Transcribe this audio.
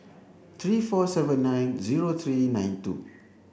three four seven nine zero three nine two